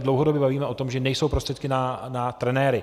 Dlouhodobě se bavíme o tom, že nejsou prostředky na trenéry.